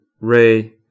ray